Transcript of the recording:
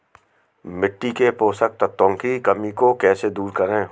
मिट्टी के पोषक तत्वों की कमी को कैसे दूर करें?